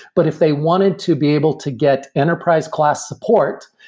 but if they wanted to be able to get enterprise class support,